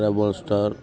rebel star